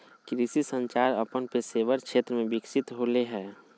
कृषि संचार अपन पेशेवर क्षेत्र में विकसित होले हें